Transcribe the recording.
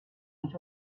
nicht